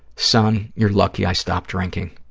son, you're lucky i stopped drinking.